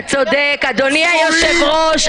אתה צודק, אדוני היושב-ראש.